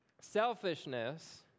selfishness